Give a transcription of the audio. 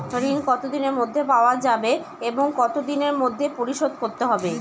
ঋণ কতদিনের মধ্যে পাওয়া যাবে এবং কত দিনের মধ্যে পরিশোধ করতে হবে?